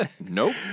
Nope